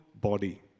body